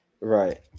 Right